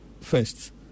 first